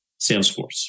Salesforce